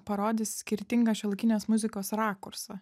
parodys skirtingą šiuolaikinės muzikos rakursą